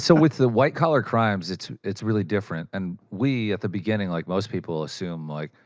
so with the white-collar crimes, it's it's really different, and we, at the beginning, like most people, assume, like,